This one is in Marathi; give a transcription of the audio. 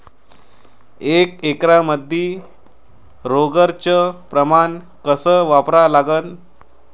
एक एकरमंदी रोगर च प्रमान कस वापरा लागते?